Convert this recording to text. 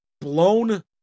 blown